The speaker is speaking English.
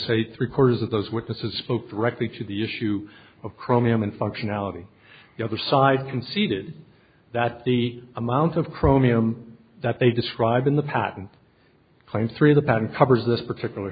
say three quarters of those witnesses spoke directly to the issue of chromium and functionality the other side conceded that the amount of chromium that they described in the patent claim three the patent covers this particular